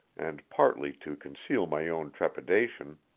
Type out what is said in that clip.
and partly to conceal my own trepidation,